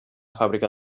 fàbrica